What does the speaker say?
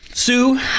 Sue